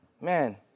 man